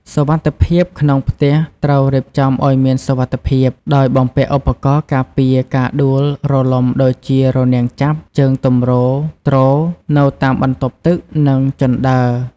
សុវត្ថិភាពក្នុងផ្ទះត្រូវរៀបចំឱ្យមានសុវត្ថិភាព ដោយបំពាក់ឧបករណ៍ការពារការដួលរលំដូចជារនាំងចាប់ ជើងទម្រទ្រ នៅតាមបន្ទប់ទឹក និងជណ្ដើរ។